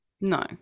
No